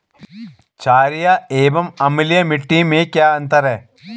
छारीय एवं अम्लीय मिट्टी में क्या अंतर है?